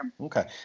Okay